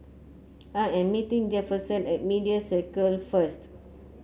I am meeting Jefferson at Media Circle first